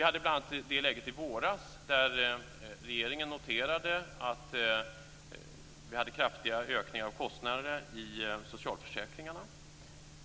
Bl.a. i våras hade vi det läget där regeringen noterade att vi hade kraftiga ökningar av kostnaderna i socialförsäkringarna.